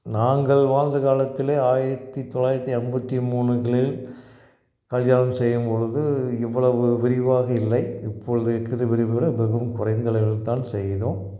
நாங்கள் வாழ்ந்த காலத்திலேயே ஆயிரத்தி தொள்ளாயித்தி ஐம்பத்தி மூணுகளில் கல்யாணம் செய்யும் பொழுது இவ்வளவு விரிவாக இல்லை இப்பொழுது இருக்கிற விரிவு விட மிகவும் குறைந்த அளவில் தான் செய்தோம்